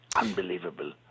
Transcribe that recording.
Unbelievable